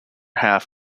half